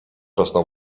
rosną